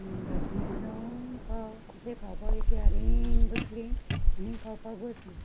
भाजी जावं पाव अशें खावपाक एके हारीन बसली आनी खावपाक बसलीं